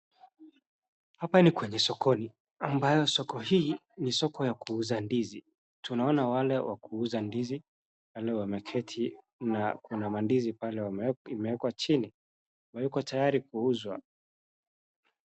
Hapa ni kwenye sokoni, ambayo soko hii ni soko ya kuuza ndizi. Tunaona wale wa kuuza ndizi pale wameketi na kuna mandizi pale imeekwa chini na iko tayari kuuzwa.